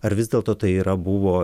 ar vis dėlto tai yra buvo